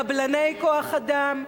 קבלני כוח-אדם,